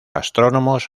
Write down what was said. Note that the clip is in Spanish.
astrónomos